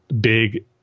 big